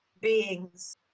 beings